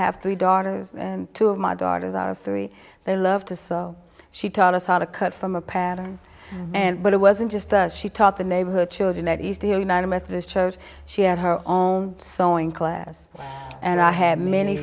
have three daughters two of my daughters are three they love to sew she taught us how to cut from a pattern and but it wasn't just that she taught the neighborhood children that is the united methodist church she had her own sewing class and i had many